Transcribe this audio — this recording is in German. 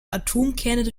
atomkerne